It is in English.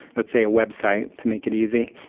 let's say a website to make it easy.